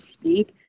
speak